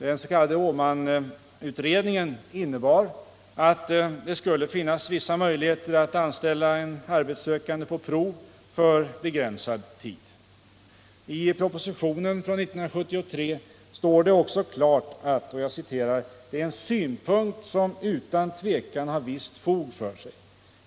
Den s.k. Åmanutredningen innebar att det skulle finnas vissa möjligheter att anställa en arbetssökande på prov för begränsad tid. I propositionen från 1973 står det också klart: ”——— det är en synpunkt som utan tvekan har visst fog för sig.